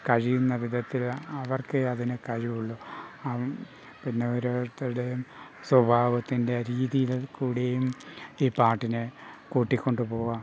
കഴിയുന്ന വിധത്തിൽ അവർക്കേ അതിന് കഴിവുള്ളു പിന്നെ ഓരോരുത്തരുടെയും സ്വഭാവത്തിൻ്റെ രീതിയിൽ കൂടിയും ഈ പാട്ടിനെ കൂട്ടി കൊണ്ടു പോകാം